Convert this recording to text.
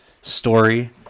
story